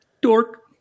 Dork